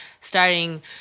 starting